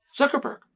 Zuckerberg